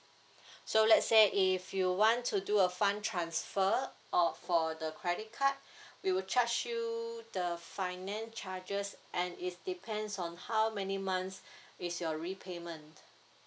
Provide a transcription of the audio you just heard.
so let's say if you want to do a fund transfer of for the credit card we will charge you the finance charges and it's depends on how many months is your repayment